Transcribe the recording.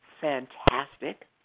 fantastic